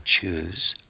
choose